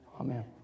Amen